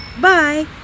Bye